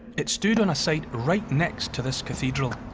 it stood on a site right next to this cathedral.